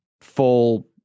full